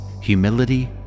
humility